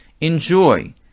enjoy